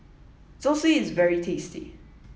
Zosui is very tasty